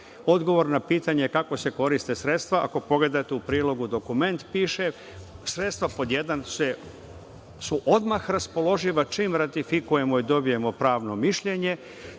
odgovor na pitanje – kako se koriste sredstva. Ako pogledate u prilogu dokument, piše – sredstva, pod jedan, su odmah raspoloživa, čim ratifikujemo i dobijemo pravno mišljenje,